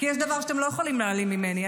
כי יש דבר שאתם לא יכולים להעלים ממני.